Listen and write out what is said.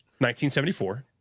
1974